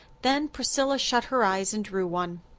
then priscilla shut her eyes and drew one.